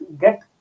get